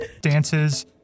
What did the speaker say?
dances